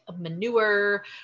manure